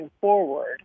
forward